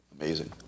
Amazing